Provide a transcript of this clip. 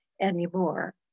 anymore